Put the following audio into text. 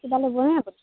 আৰু কিবা আপুনি